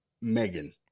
megan